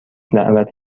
دعوت